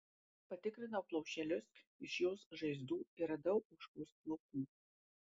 patikrinau plaušelius iš jos žaizdų ir radau ožkos plaukų